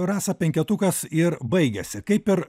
rasa penketukas ir baigiasi kaip ir